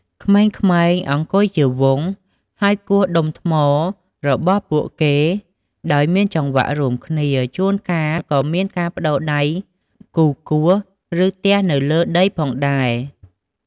ក្មេងៗអង្គុយជាវង់ ហើយគោះដុំថ្មរបស់ពួកគេដោយមានចង្វាក់រួមគ្នា ជួនកាលក៏មានការប្ដូរដៃគូគោះ ឬទះទៅលើដីផងដែរ។